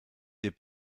des